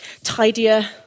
tidier